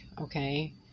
Okay